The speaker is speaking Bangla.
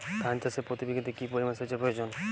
ধান চাষে প্রতি বিঘাতে কি পরিমান সেচের প্রয়োজন?